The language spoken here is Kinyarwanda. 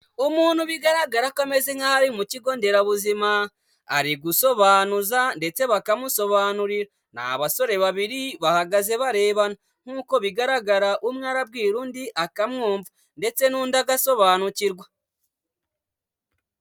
Umuntu bigaragara ko ameze nkaho ari mu kigo nderabuzima, ari gusobanuza ndetse bakamusobanurira, ni abasore babiri bahagaze barebana, nkuko bigaragara umwe arabwira undi akamwumva, ndetse n'undi agasobanukirwa.